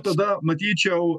tada matyčiau